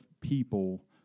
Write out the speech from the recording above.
people